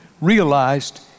realized